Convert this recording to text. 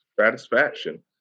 Satisfaction